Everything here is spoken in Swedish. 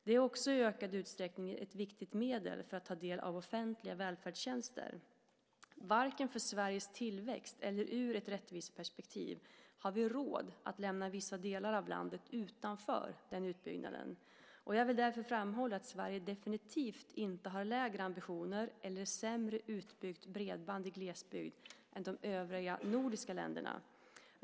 Det är också i ökad utsträckning ett viktigt medel för att ta del av offentliga välfärdstjänster. Varken för Sveriges tillväxt eller ur ett rättviseperspektiv har vi råd att lämna vissa delar av landet utanför den utbyggnaden. Jag vill därför framhålla att Sverige definitivt inte har lägre ambitioner eller sämre utbyggt bredband i glesbygd än de övriga nordiska länderna.